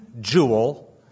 jewel